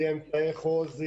אמצעי ---,